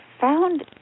found